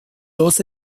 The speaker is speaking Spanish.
dos